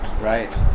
Right